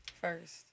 first